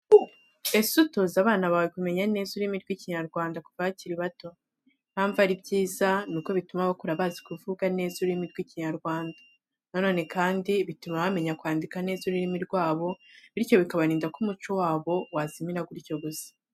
Ese utoza abana bawe kumenya neza ururimi ry'Ikinyarwanda kuva bakiri bato? Impamvu ari byiza nuko bituma bakura bazi kuvuga neza ururimi rw'Ikinyarwanda. Na none kandi bituma bamenya kwandika neza ururimi rwabo, bityo bikabarinda ko umuco wabo wazimira gutyo gusa.